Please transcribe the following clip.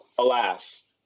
Alas